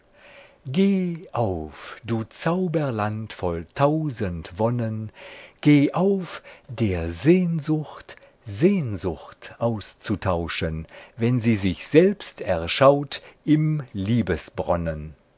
auf du zauberland voll tausend wonnen geh auf der sehnsucht sehnsucht auszutauschen wenn sie sich selbst erschaut im